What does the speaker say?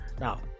Now